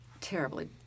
terribly